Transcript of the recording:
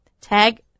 Tag